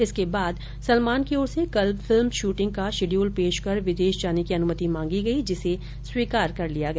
इसके बाद सलमान की ओर से कल फिल्म शूटिंग का शिड्यूल पेश कर विदेश जाने की अनुमति मांगी गई जिसे स्वीकार कर लिया गया